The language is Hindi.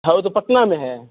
हाँ वो तो पटना में है